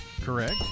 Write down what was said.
Correct